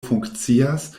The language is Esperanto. funkcias